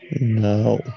No